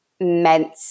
meant